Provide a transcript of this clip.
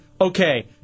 okay